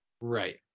Right